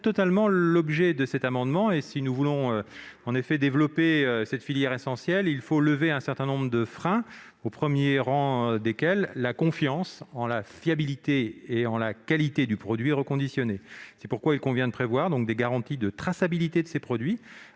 totalement l'objet de cet amendement : si nous voulons développer cette filière essentielle, il faut lever un certain nombre de freins, au premier rang desquels la confiance en la fiabilité et en la qualité du produit reconditionné. C'est pourquoi il convient de prévoir des garanties de traçabilité de ces produits,